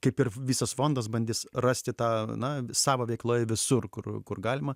kaip ir visas fondas bandys rasti tą na savo veikloj visur kur kur galima